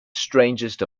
strangest